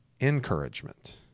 encouragement